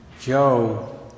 Joe